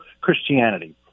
Christianity